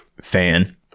fan